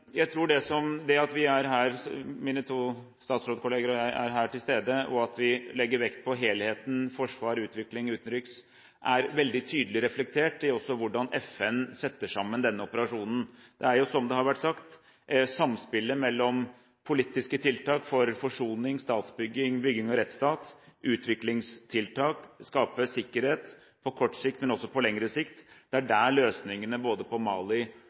Jeg tror at det at vi er til stede her, mine to statsrådkolleger og jeg, og at vi legger vekt på helheten – forsvar, utvikling, utenriks – er veldig tydelig reflektert også i hvordan FN setter sammen denne operasjonen. Det er jo, som det har vært sagt, i samspillet mellom politiske tiltak for forsoning, statsbygging, bygging av rettsstat, utviklingstiltak og det å skape sikkerhet – på kort sikt, men også på lengre sikt – at løsningene, både på Mali